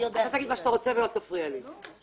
אתה תגיד מה שאתה רוצה ולא תפריע לי בזמני.